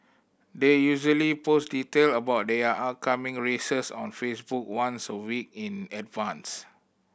they usually post detail about their upcoming races on Facebook once a week in advance